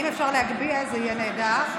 אם אפשר להגביה, זה יהיה נהדר.